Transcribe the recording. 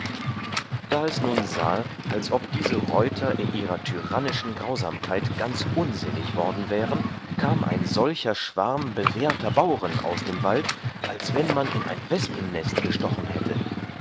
da es nun sahe als ob diese reuter in ihrer tyrannischen grausamkeit ganz unsinnig worden wären kam ein solcher schwarm bewehrter bauren aus dem wald als wann man in ein wespennest gestochen hätte